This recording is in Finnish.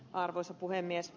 arvoisa puhemies